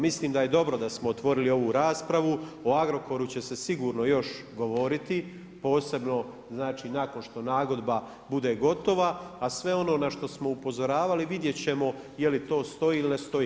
Mislim da je dobro da smo otvorili ovu raspravu, o Agrokoru će se sigurno još govoriti, posebno znači nakon što nagodba bude gotova, a sve ono na što smo upozoravali vidjeti ćemo je li to stoji ili ne stoji.